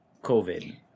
COVID